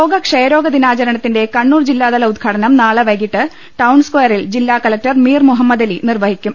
ലോക ക്ഷയ്രോഗ ദിനാചരണത്തിന്റെ കണ്ണൂർ ജില്ലാതല ഉദ്ഘാടനം നാളെ വൈകീട്ട് ടൌൺ സ്ക്വയറിൽ ജില്ലാ കലക്ടർ മീർ മുഹമ്മദലി നിർവ്വ ഹിക്കും